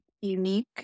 unique